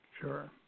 Sure